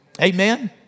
Amen